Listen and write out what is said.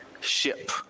ship